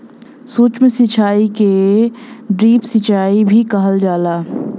सूक्ष्म सिचाई के ड्रिप सिचाई भी कहल जाला